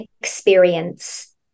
experience